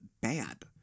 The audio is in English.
bad